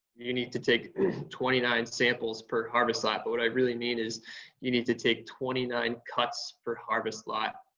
you need to take twenty nine samples per harvest lot. but what i really mean is you need to take twenty nine cuts per harvest lot,